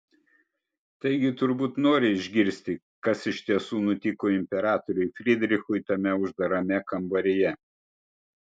taigi turbūt nori išgirsti kas iš tiesų nutiko imperatoriui frydrichui tame uždarame kambaryje